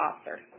officer